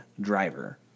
driver